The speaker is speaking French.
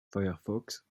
firefox